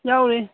ꯌꯥꯎꯔꯤ